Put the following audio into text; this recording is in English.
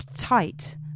tight